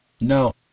No